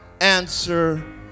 answer